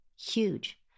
huge